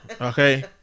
Okay